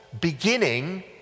beginning